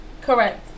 Correct